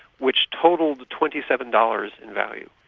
which totalled twenty seven dollars in value,